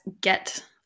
get